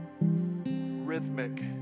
rhythmic